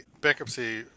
bankruptcy